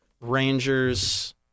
Rangers